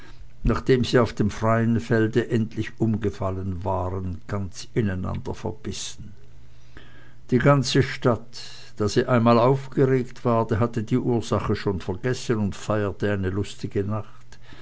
nachdem sie auf dem freien felde endlich umgefallen waren ganz ineinander verbissen die ganze stadt da sie einmal aufgeregt war hatte die ursache schon vergessen und feierte eine lustige nacht